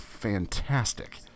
fantastic